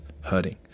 hurting